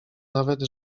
nawet